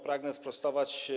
Pragnę sprostować.